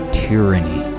tyranny